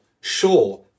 sure